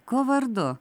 kuo vardu